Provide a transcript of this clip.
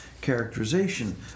characterization